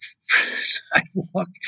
sidewalk